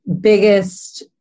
biggest